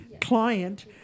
client